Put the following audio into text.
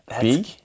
big